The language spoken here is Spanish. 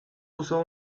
usó